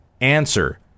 Answer